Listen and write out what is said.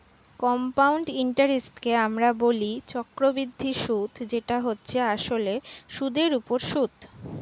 compound ইন্টারেস্টকে আমরা বলি চক্রবৃদ্ধি সুদ যেটা হচ্ছে আসলে সুদের উপর সুদ